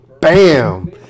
Bam